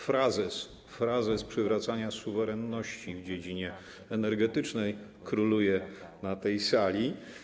Frazes przywracania suwerenności w dziedzinie energetycznej króluje na tej sali.